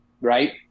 Right